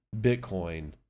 Bitcoin